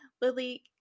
Lily